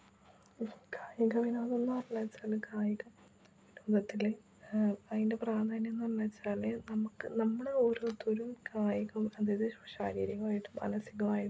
കായിക വിനോദമെന്ന് പറഞ്ഞേച്ചാല് കായിക വിനോദത്തിലെ അതിൻ്റെ പ്രാധാന്യമെന്ന് പറഞ്ഞേച്ചാല് നമുക്ക് നമ്മളോരോത്തുരും കായികം അതായത് ശാരീരികമായിട്ടും മാനസികമായിട്ടും